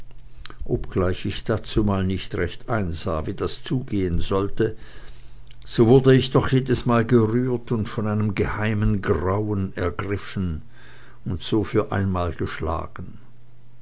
obgleich ich dazumal nicht recht einsah wie das zugehen sollte so wurde ich doch jedesmal gerührt und von einem geheimen grauen ergriffen und so für einmal geschlagen